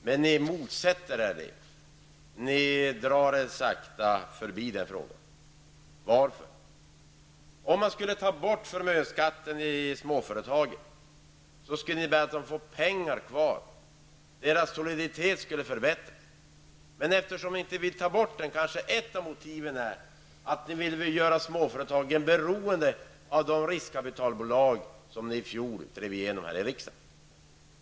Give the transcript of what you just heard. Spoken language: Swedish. Men ni motsätter er detta. Ni drar er sakta förbi denna fråga. Varför? Skulle man ta bort förmögenhetsskatten beträffande småföretagen, skulle småföretagarna få pengar kvar. Företagens soliditet skulle förbättras. Ett av motiven till att ni inte vill ta bort denna skatt torde vara att ni vill göra småföretagen beroende av de riskkapitalbolag som ni i fjol drev igenom här i riksdagen.